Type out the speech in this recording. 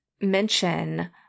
mention